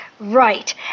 Right